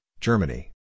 Germany